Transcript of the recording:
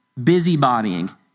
busybodying